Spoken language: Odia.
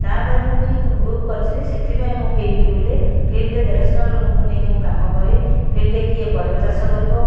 ତାପରେ ମୁଁ ବି ଗୃପ କରୁଛି ସେଥିରେ ମୁଁ ଫିଲଡ୍ ବୁଲେ ଫିଲଡ୍ ରେ ମୁଁ ଦେଢ଼ଶହ ଲୋକଙ୍କୁ ନେଇକି ମୁଁ କାମ କରେ ଫିଲଡ୍ ରେ କିଏ ପରିବା ଚାଷ କରିବ